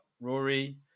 Rory